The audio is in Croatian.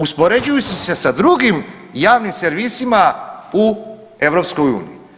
Uspoređujući se sa drugim javnim servisima u EU.